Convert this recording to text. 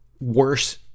worse